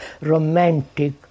romantic